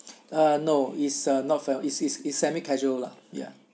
uh no it's a not fell is is is semi casual lah ya